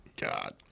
God